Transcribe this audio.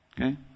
Okay